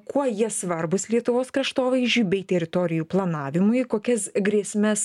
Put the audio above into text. kuo jie svarbūs lietuvos kraštovaizdžiui bei teritorijų planavimui kokias grėsmes